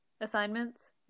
assignments